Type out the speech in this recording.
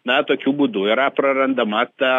na tokiu būdu yra prarandama ta